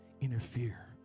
interfere